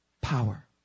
power